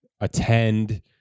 attend